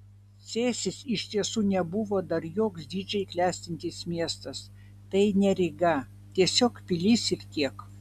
cėsis iš tiesų nebuvo dar joks didžiai klestintis miestas tai ne ryga tiesiog pilis ir tiek